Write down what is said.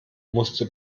musste